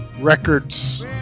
records